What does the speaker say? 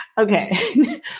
Okay